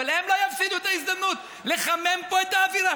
אבל הם לא יפסידו את ההזדמנות לחמם פה את האווירה.